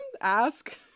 Ask